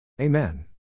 Amen